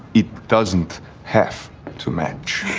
it doesn't have to match.